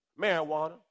marijuana